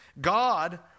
God